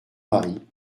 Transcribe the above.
mari